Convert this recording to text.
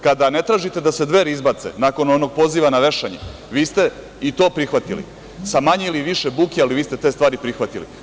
Kada ne tražite da se Dveri izbace nakon onog poziva na vešanje, vi ste i to prihvatili, sa manje ili više buke, ali vi ste te stvari prihvatili.